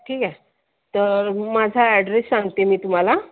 ठीक आहे तर माझा ॲड्रेस सांगते मी तुम्हाला